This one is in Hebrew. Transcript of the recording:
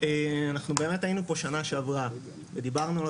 אנחנו היינו פה בשנה שעברה ודיברנו על